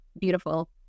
beautiful